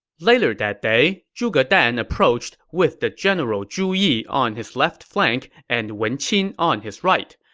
later that day, zhuge dan approached with the general zhu yi on his left flank and wen qin on his right.